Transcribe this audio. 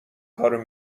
کارو